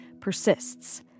persists